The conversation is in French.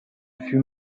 fut